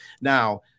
Now